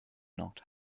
not